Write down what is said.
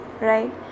right